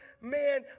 Man